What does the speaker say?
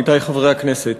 עמיתי חברי הכנסת,